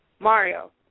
Mario